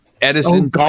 Edison